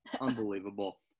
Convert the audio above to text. Unbelievable